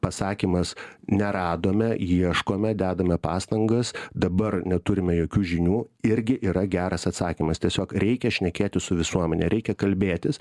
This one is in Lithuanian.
pasakymas neradome ieškome dedame pastangas dabar neturime jokių žinių irgi yra geras atsakymas tiesiog reikia šnekėtis su visuomene reikia kalbėtis